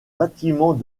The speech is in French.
bâtiment